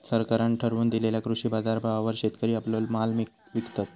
सरकारान ठरवून दिलेल्या कृषी बाजारभावावर शेतकरी आपलो माल विकतत